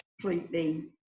completely